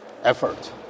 Effort